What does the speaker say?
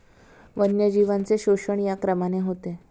वन्यजीवांचे शोषण या क्रमाने होते